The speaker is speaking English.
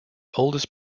oldest